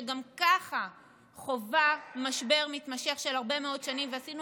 שגם ככה חווה משבר מתמשך של הרבה מאוד שנים ועשינו